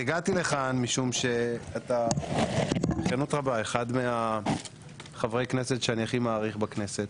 הגעתי לכאן משום שבכנות רבה אתה אחד מחברי הכנסת שאני הכי מעריך בכנסת.